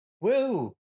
Woo